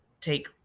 take